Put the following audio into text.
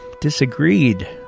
disagreed